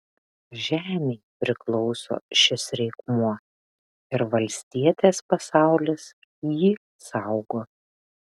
žemei priklauso šis reikmuo ir valstietės pasaulis jį saugo